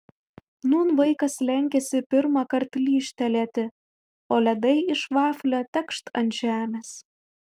nūn vaikas lenkiasi pirmąkart lyžtelėti o ledai iš vaflio tekšt ant žemės